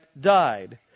died